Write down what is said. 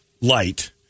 light